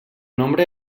nombre